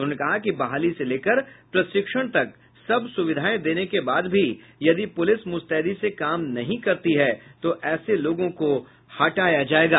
उन्होंने कहा कि बहाली से लेकर प्रशिक्षण तक सब सुविधाएं देने के बाद भी यदि पुलिस मुस्तैदी से काम नहीं करता तो ऐसे लोगों को हटाया जायेगा